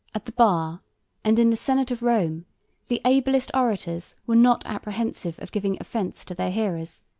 at the bar and in the senate of rome the ablest orators were not apprehensive of giving offence to their hearers,